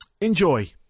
enjoy